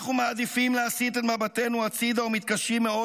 אנחנו מעדיפים להסיט את מבטינו הצידה ומתקשים מאוד